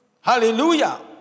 Hallelujah